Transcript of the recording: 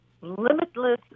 limitless